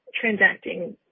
transacting